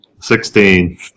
Sixteen